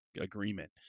agreement